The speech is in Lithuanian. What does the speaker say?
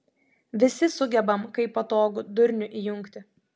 visi sugebam kai patogu durnių įjungti